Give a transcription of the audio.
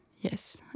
Yes